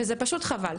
וזה פשוט חבל.